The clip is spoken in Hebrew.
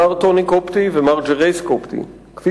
משמר הגבול בעיר טירה זיהו השוטרים רכב חשוד,